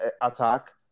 attack